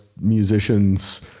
musicians